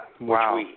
wow